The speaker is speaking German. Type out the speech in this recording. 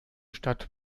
stadt